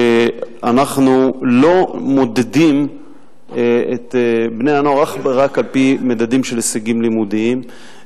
שאנחנו לא מודדים את בני-הנוער אך ורק על-פי מדדים של הישגים לימודיים,